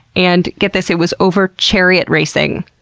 and get this, it was over chariot racing.